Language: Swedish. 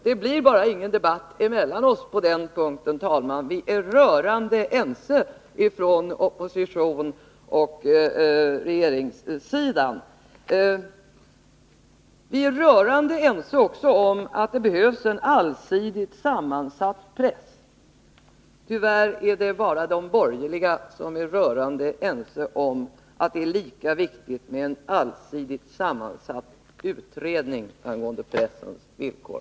Det blir ingen debatt emellan oss på den punkten, herr talman — vi är rörande ense, opposition och regeringssida. Vi är också rörande ense om att det behövs en allsidigt sammansatt press. Tyvärr är det bara de borgerliga som är rörande ense om att det är lika viktigt med en allsidigt sammansatt utredning angående pressens villkor.